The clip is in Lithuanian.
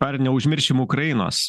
ar neužmiršim ukrainos